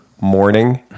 morning